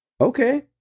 Okay